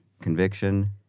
Conviction